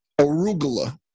Arugula